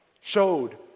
showed